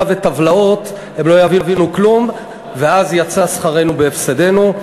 וטבלאות הם לא יבינו כלום ואז יצא שכרנו בהפסדנו.